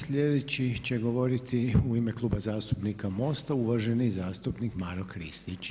Sljedeći će govoriti u ime Kluba zastupnika MOST-a uvaženi zastupnik Maro Kristić.